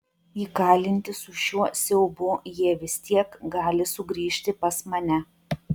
įkalinti su šiuo siaubu jie vis tiek gali sugrįžti pas mane